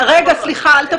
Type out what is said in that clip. רגע, סליחה, אל תפריע.